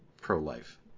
pro-life